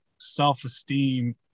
self-esteem